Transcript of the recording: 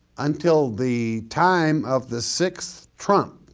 until the time of the sixth trump,